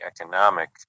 economic